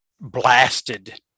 blasted